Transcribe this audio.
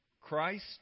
Christ